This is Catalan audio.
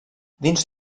dins